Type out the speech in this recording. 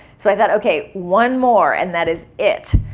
so i thought, ok, one more and that is it.